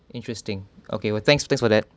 interesting okay well thanks thanks for that